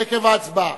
עקב ההצבעה.